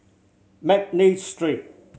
McNally Street